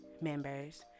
members